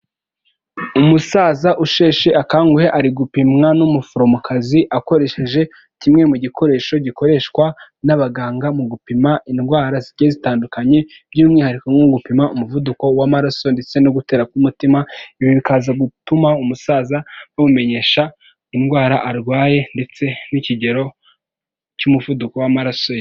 Umusaza usheshe akanguhe ari gupimwa n'umuforomokazi akoresheje kimwe mu gikoresho gikoreshwa n'abaganga mu gupima indwara zigiye zitandukanye, by'umwihariko nko gupima umuvuduko w'amaraso ndetse no gutera k'umutima, ibi bikaza gutuma umusaza bamumenyesha indwara arwaye, ndetse n'ikigero cy'umuvuduko w'amaraso ye.